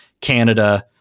Canada